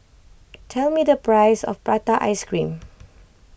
tell me the price of Prata Ice Cream